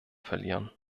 verlieren